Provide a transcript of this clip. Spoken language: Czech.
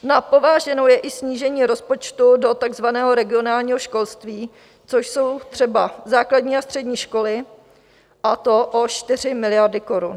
Na pováženou je i snížení rozpočtu do takzvaného regionálního školství, což jsou třeba základní a střední školy, a to o 4 miliardy korun.